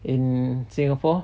in singapore